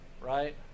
Right